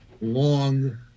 long